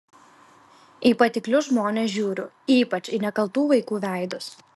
į patiklius žmones žiūriu ypač į nekaltų vaikų veidus